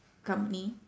company